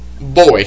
boy